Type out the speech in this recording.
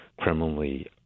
criminally